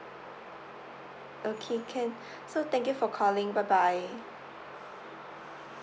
okay can so thank you for calling bye bye